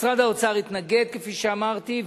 משרד האוצר התנגד, כפי שאמרתי.